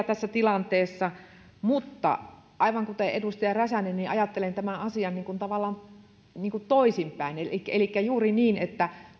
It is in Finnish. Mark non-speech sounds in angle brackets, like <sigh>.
<unintelligible> tässä tilanteessa mutta aivan kuten edustaja räsänen ajattelen tämän asian tavallaan toisin päin elikkä elikkä juuri niin että